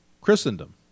Christendom